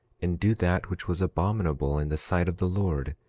and do that which was abominable in the sight of the lord.